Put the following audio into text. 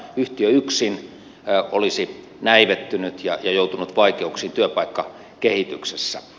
yhtiö yksin olisi näivettynyt ja joutunut vaikeuksiin työpaikkakehityksessä